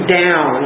down